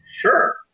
Sure